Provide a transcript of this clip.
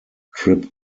trip